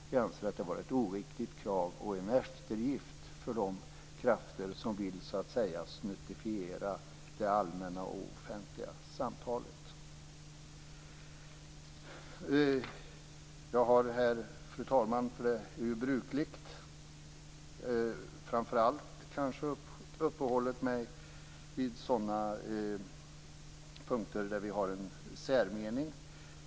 Vi anser att det är ett oriktigt krav och en eftergift för de krafter som vill snuttifiera det allmänna och offentliga samtalet. Jag har här, fru talman, för det är brukligt, framför allt uppehållit mig vid sådana punkter där vi har en särmening.